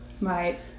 Right